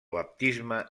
baptisme